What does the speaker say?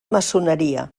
maçoneria